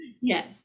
Yes